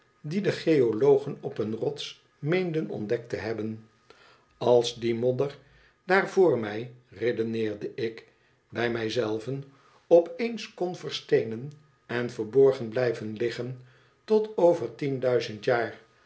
die de geologen op een rots meenden ontdekt te hebben als die modder daar voor mij redeneerde ik bij mij zei ven op eens kon versteenen en verborgen blijven liggen tot over tienduizend jaar